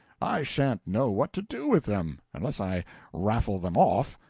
i shan't know what to do with them unless i raffle them off.